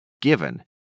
given